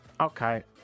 Okay